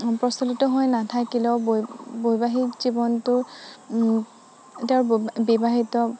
প্ৰচলিত হৈ নাথাকিলেও বৈবাহিক জীৱনটো এতিয়া বিবাহিত